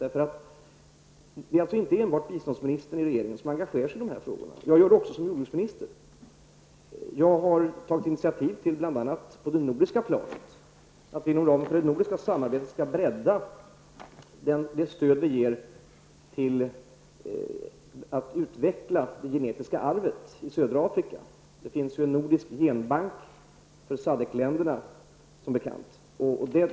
Det är alltså inte enbart biståndsministern i regeringen som engagerar sig i de här frågorna. Jag gör det också som jordbruksminister. Jag har bl.a. på det nordiska planet tagit initiativ till att vi inom det nordiska samarbetet skall bredda det stöd vi ger till utvecklingen av det genetiska arvet i södra Afrika. Det finns som bekant en nordisk genbank för SADCC-länderna.